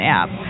app